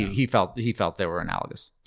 he felt he felt they were analogous.